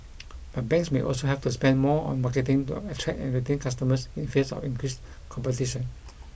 but banks may also have to spend more on marketing to attract and retain customers in face of increased competition